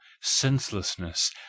senselessness